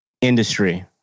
industry